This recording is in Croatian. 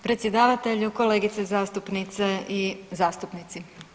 Predsjedavatelju, kolegice zastupnice i zastupnici.